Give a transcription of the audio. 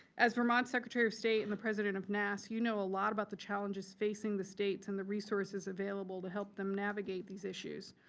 as vermont secretary of state and the president of nass, you know a lot about the challenges facing the states and the resources available to help them navigate these issues.